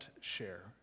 share